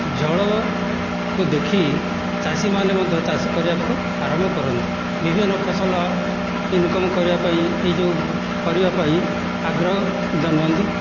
ଜଳକୁ ଦେଖି ଚାଷୀମାନେ ମଧ୍ୟ ଚାଷ କରିବାକୁ ଆରମ୍ଭ କରନ୍ତି ବିଭିନ୍ନ ଫସଲ ଇନ୍କମ୍ କରିବା ପାଇଁ ଏଇ ଯେଉଁ କରିବା ପାଇଁ ଆଗ୍ରହ ଜନ୍ମାନ୍ତି